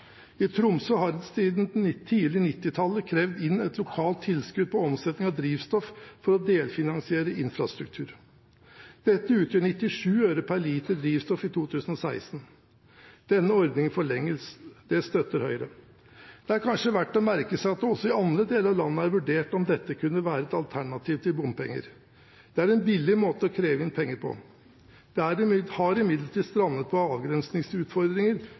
I Tromsø har en siden tidlig på 1990-tallet krevd inn et lokalt tilskudd på omsetning av drivstoff for å delfinansiere infrastruktur. Dette utgjør 97 øre per liter drivstoff i 2016. Denne ordningen forlenges. Det støtter Høyre. Det er kanskje verdt å merke seg at det også i andre deler av landet er vurdert om dette kunne være et alternativ til bompenger. Det er en billigere måte å kreve inn penger på. Det har imidlertid strandet på avgrensningsutfordringer